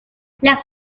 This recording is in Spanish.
las